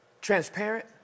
transparent